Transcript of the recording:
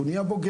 הוא נהיה בוגר.